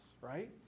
right